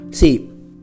See